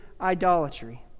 idolatry